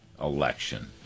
election